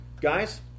Guys